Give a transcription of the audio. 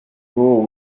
more